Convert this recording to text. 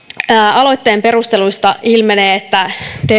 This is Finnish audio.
aloitteen perusteluista ilmenee että